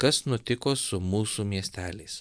kas nutiko su mūsų miesteliais